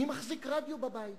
מי מחזיק רדיו בבית.